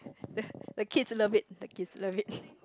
the the kids love it the kids love it